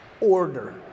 order